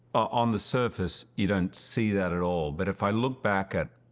on the surface you don't see that at all. but if i look back at